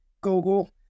Google